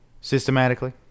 systematically